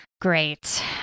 Great